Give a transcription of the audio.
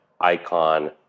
icon